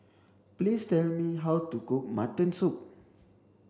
please tell me how to cook mutton soup